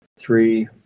Three